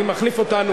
נכון.